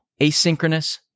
asynchronous